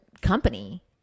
company